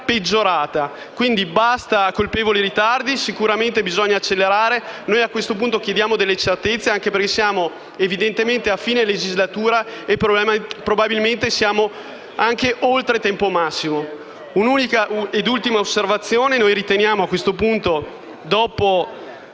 peggiorata. Quindi, basta colpevoli ritardi; sicuramente bisogna accelerare. A questo punto chiediamo certezze anche perché siamo evidentemente a fine legislatura e probabilmente siamo anche oltre tempo massimo. Faccio un'ultima osservazione: noi riteniamo che, dopo